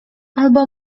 albo